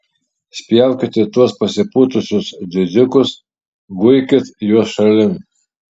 spjaukit į tuos pasipūtusius didikus guikit juos šalin